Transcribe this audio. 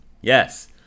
Yes